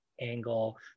angle